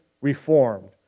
reformed